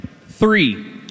Three